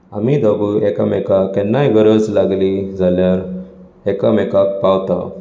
आमी दोगूय एकामेकांक केन्नाय गरज लागली जाल्यार एकामेकांक पावतात